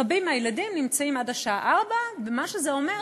רבים מהילדים נמצאים עד השעה 16:00. מה שזה אומר,